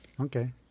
Okay